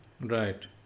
right